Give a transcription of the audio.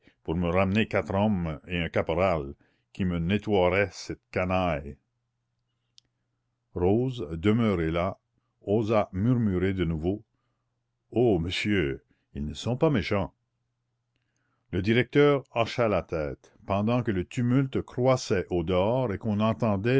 pour me ramener quatre hommes et un caporal qui me nettoieraient cette canaille rose demeurée là osa murmurer de nouveau oh monsieur ils ne sont pas méchants le directeur hocha la tête pendant que le tumulte croissait au-dehors et qu'on entendait